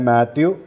Matthew